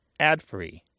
adfree